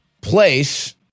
place